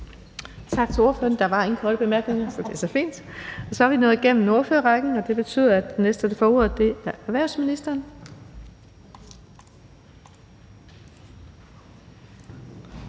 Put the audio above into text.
Tak til ordføreren. Der var ingen korte bemærkninger. Så er vi nået igennem ordførerrækken, og det betyder, at den næste, der får ordet, er erhvervsministeren.